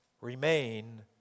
remain